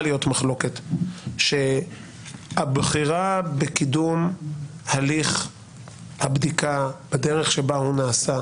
להיות מחלוקת שהבחירה בקידום הליך הבדיקה בדרך שבה הוא נעשה,